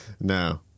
No